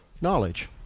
knowledge